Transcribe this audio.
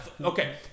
okay